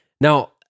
now